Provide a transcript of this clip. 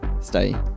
stay